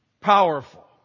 Powerful